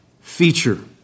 feature